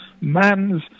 man's